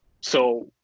So-